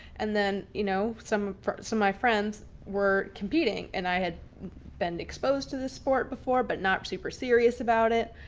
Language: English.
and then you know some of my friends were competing and i had been exposed to the sport before, but not super serious about it.